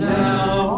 now